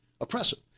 oppressive